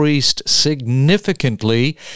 significantly